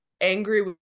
angry